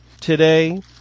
today